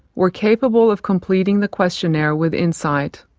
were capable of completing the questionnaire with insight.